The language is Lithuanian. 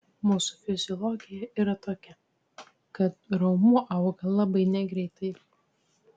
mūsų fiziologija yra tokia kad raumuo auga labai negreitai